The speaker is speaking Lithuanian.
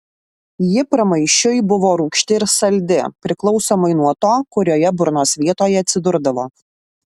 ji pramaišiui buvo rūgšti ir saldi priklausomai nuo to kurioje burnos vietoje atsidurdavo